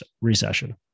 recession